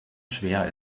schwer